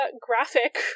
graphic